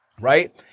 right